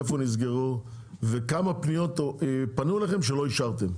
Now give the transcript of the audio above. איפה נסגרו וכמה פניות פנו אליכם שלא אישרתם,